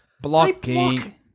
Blocking